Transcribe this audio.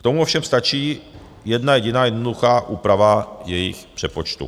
K tomu ovšem stačí jedna jediná jednoduchá úprava jejich přepočtu.